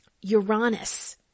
Uranus